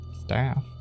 staff